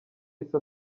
yahise